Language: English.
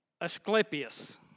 Asclepius